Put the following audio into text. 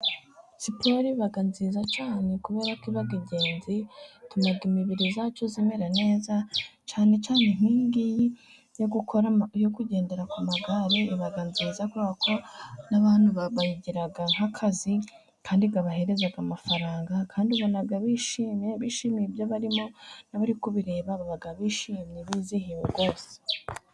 Siporo iba nziza cyane kubera ko iba ingenzi, ituma imibiri yacu imera neza, cyane cyane nkiyingiyi yo kugendera ku magare iba ari nziza, kubera n'abantu bayigira nk'akazi kandi kabahereza amafaranga, kandi ubona bishimiye ibyo barimo, n'abari kubireba baba bishimye bizihiwe.